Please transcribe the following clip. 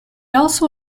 also